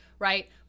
Right